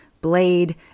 blade